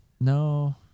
No